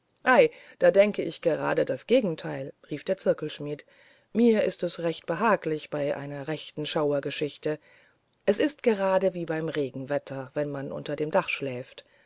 da denke ich gerade das gegenteil rief der zirkelschmidt mir ist es recht behaglich bei einer rechten schauergeschichte es ist gerade wie beim regenwetter wenn man unter dem dach schläft